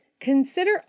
Consider